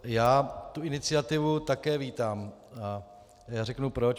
Já tu iniciativu také vítám a řeknu proč.